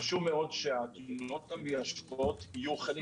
חשוב מאוד שהתנועות המיישבות יהיו חלק